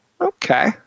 Okay